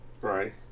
right